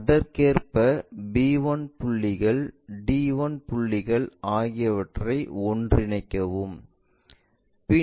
அதற்கேற்ப b1 புள்ளிகள் d1 புள்ளிகள் ஆகிவற்றை ஒன்றிணைக்கவும்